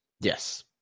Yes